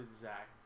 Zach